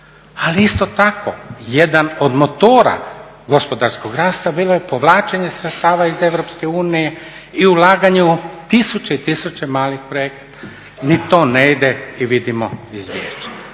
Ali isto tako jedan od motora gospodarskog rasta bilo je povlačenje sredstava iz Europske unije i ulaganje u tisuće i tisuće malih projekata. Ni to ne ide i vidimo izvješće.